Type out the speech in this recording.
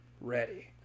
ready